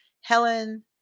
Helen